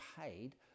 paid